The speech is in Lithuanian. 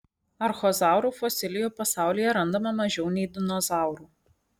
archozaurų fosilijų pasaulyje randama mažiau nei dinozaurų